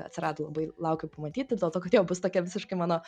atsirado labai laukiu pamatyti dėl to kad jo bus tokia visiškai mano